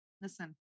listen